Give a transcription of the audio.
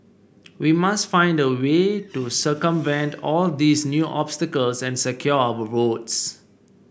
we must find a way to circumvent all these new obstacles and secure our votes